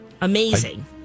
amazing